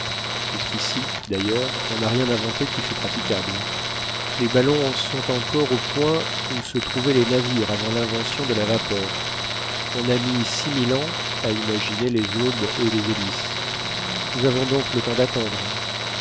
jusqu'ici d'ailleurs on n'a rien inventé qui fût praticable les ballons en sont encore au point où se trouvaient les navires avant l'invention de la vapeur on a mis six mille ans à imaginer les aubes et les hélices nous avons donc le temps d'attendre